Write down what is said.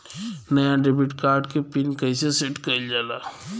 नया debit card क PIN कईसे सेट कईल जाला?